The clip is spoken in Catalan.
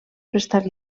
prestar